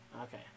Okay